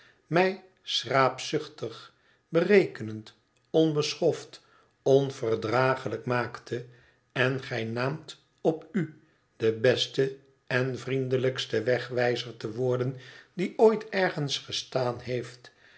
mij schraapzuchtig berekenend onbeschoft onverdraaglijk maakte en gij naamt op u de beste en vriendelijkste wep wijzer te worden die ooit ergens gestaan heeft